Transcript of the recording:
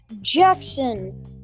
Jackson